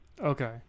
Okay